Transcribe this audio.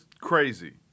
crazy